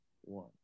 one